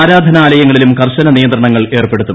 ആരാധനാലയങ്ങളിലും കർശന നിയന്ത്രണങ്ങൾ ഏർപ്പെടുത്തും